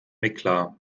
eklat